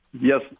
Yes